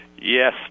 Yes